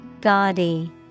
Gaudy